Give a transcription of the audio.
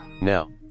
Now